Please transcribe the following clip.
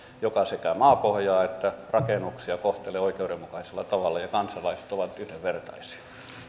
joka sekä maapohjaa että rakennuksia kohtelee oikeudenmukaisella tavalla ja kansalaiset ovat yhdenvertaisia